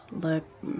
Look